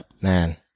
man